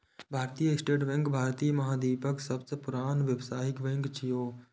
भारतीय state bank भारतीय महाद्वीपक सबसं पुरान व्यावसायिक बैंक छियै